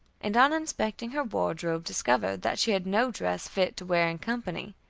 and on inspecting her wardrobe, discovered that she had no dress fit to wear in company.